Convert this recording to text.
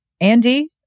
Andy